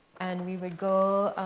and we would go